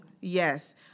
yes